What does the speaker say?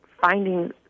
finding